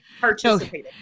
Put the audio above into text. participating